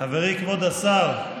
חברי כבוד השר.